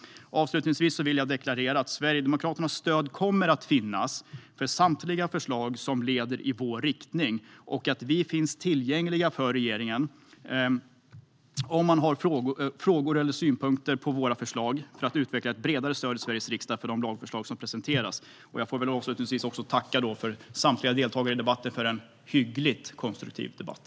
Avslutningsvis vill jag deklarera att Sverigedemokraternas stöd kommer att finnas för samtliga förslag som leder i vår riktning. Vi finns tillgängliga för regeringen, om man har frågor eller synpunkter på våra förslag, för att utveckla ett bredare stöd i Sveriges riksdag för de lagförslag som presenteras. Jag vill också tacka samtliga deltagare i debatten för en hyggligt konstruktiv debatt.